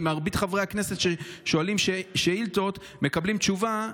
מרבית חברי הכנסת ששואלים שאילתות מקבלים תשובה,